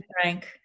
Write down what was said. Frank